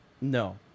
No